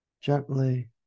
gently